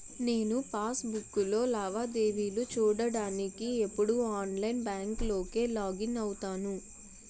నేను పాస్ బుక్కులో లావాదేవీలు చూడ్డానికి ఎప్పుడూ ఆన్లైన్ బాంకింక్ లోకే లాగిన్ అవుతాను